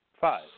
five